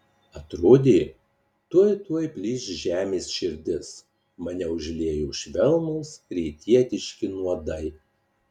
atrodė tuoj tuoj plyš žemės širdis mane užliejo švelnūs rytietiški nuodai